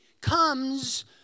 comes